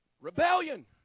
Rebellion